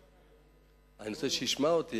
אני רוצה שישמע אותי.